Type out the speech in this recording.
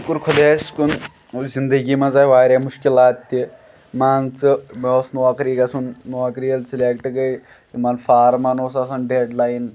شُکُر خۄدایَس کُن زِندگی منٛز آے واریاہ مُشکِلات تہِ مان ژٕ مےٚ اوس نوکری گژھُن نوکری ییٚلہِ سِلٮ۪کٹ گٔے یِمَن فارمَن اوس آسان ڈٮ۪ڈ لایِن